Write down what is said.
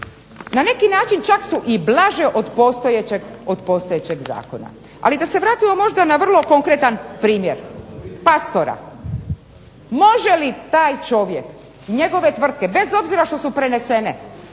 na neki način čak su i blaže od postojećeg zakona. Ali da se vratimo možda na vrlo konkretan primjer …/Ne razumije se./… Može li taj čovjek, njegove tvrtke, bez obzira što su prenesene